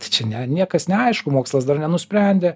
tai čia ne niekas neaišku mokslas dar nenusprendė